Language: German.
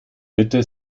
mitte